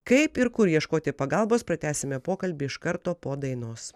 kaip ir kur ieškoti pagalbos pratęsime pokalbį iš karto po dainos